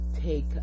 take